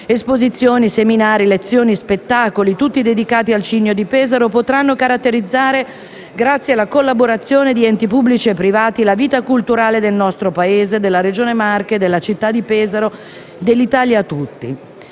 Esposizioni, seminari, lezioni, spettacoli - tutti dedicati al Cigno di Pesaro - potranno caratterizzare, grazie alla collaborazione di enti pubblici e privati, la vita culturale del nostro Paese, della Regione Marche, della città di Pesaro. L'Accademia